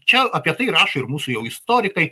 čia apie tai rašo ir mūsų jau istorikai